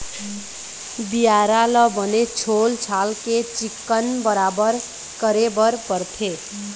बियारा ल बने छोल छाल के चिक्कन बराबर करे बर परथे